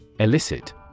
Elicit